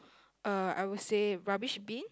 uh I would say rubbish bin